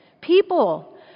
People